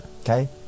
Okay